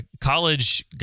college